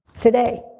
today